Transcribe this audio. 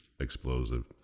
explosive